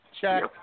Check